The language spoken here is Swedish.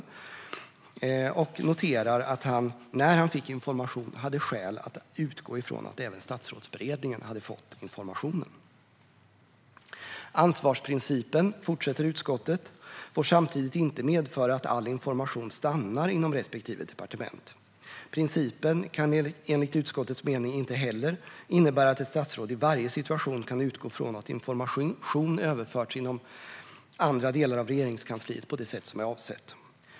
Utskottet kan även notera att Peter Hultqvist i samband med att han fick information hade skäl att utgå ifrån att även Statsrådsberedningen hade fått informationen. Ansvarsprincipen, fortsätter utskottet, får samtidigt inte medföra att all information stannar inom respektive departement. Principen kan enligt utskottets mening inte heller innebära att ett statsråd i varje situation kan utgå från att information överförts inom andra delar av Regeringskansliet på det sätt som är avsett.